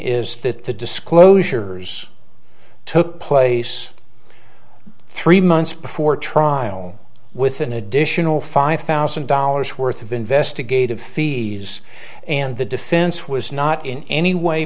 is that the disclosures took place three months before trial with an additional five thousand dollars worth of investigative fees and the defense was not in any way